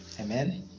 Amen